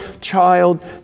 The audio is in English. child